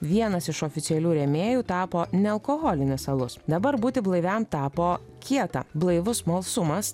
vienas iš oficialių rėmėjų tapo nealkoholinis alus dabar būti blaiviam tapo kieta blaivus smalsumas